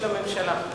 שממשלת ישראל